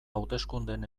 hauteskundeen